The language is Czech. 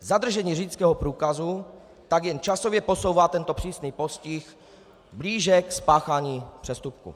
Zadržení řidičského průkazu tak jen časově posouvá tento přísný postih blíže k spáchání přestupku.